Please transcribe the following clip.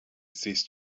ceased